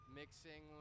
mixing